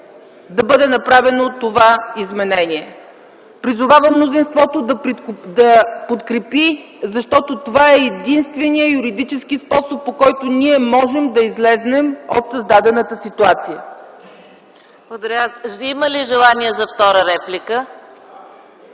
да бъде направено това изменение. Призовавам мнозинството да го подкрепи, защото това е единственият юридически способ, по който ние можем да излезем от създадената ситуация.